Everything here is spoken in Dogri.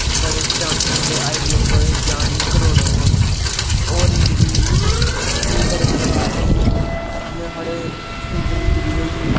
बड़े चांसिस होंदे हाईवे उप्पर जां लिंक रौड उप्पर होर इंजरी बी बड़े प्रकार दी होंदी जि'यां साढ़े फिंगर इंजरी होई गेई